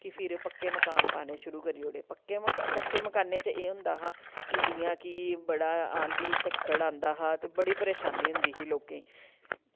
कि फिर पक्के मकान पाने शुरू करी ओड़े पक्के मकान कच्चे मकानें च एह् होंदे हा कि जियां की बड़ा आन्धी झक्खड़ आंदा हा ते बड़ी परेशानी हुंदी ही लोकें